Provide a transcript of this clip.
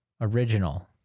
original